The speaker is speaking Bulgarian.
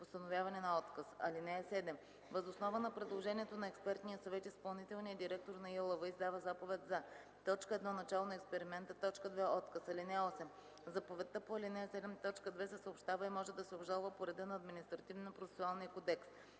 постановяване на отказ. (7) Въз основа на предложението на експертния съвет изпълнителният директор на ИАЛВ издава заповед за: 1. начало на експеримента; 2. отказ. (8) Заповедта по ал. 7, т. 2 се съобщава и може да се обжалва по реда на Административнопроцесуалния кодекс.